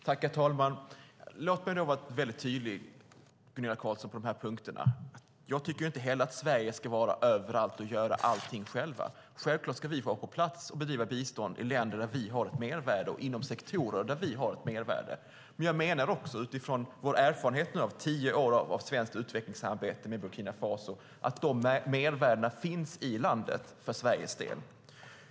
Herr talman! Låt mig vara väldigt tydlig, Gunilla Carlsson, på de här punkterna. Jag tycker inte heller att vi i Sverige ska vara överallt och göra allting själva. Självklart ska vi vara på plats och bedriva bistånd i länder där vi har ett mervärde och inom sektorer där vi har ett mervärde. Men jag menar, utifrån vår erfarenhet av tio år av svenskt utvecklingssamarbete med Burkina Faso, att de mervärdena finns i landet för Sveriges del.